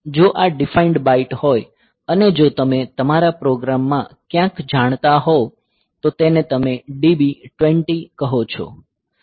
જો આ defined byte હોય અને જો તમે તમારા પ્રોગ્રામમાં ક્યાંક જાણતા હોવ તો તેને તમે DB 20 કહો છો